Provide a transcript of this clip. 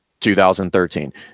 2013